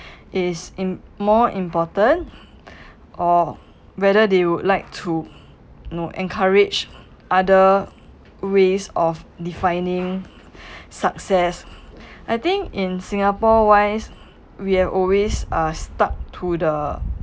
is in more important or whether they would like to know encourage other ways of defining success I think in singapore wise we're always uh stuck to the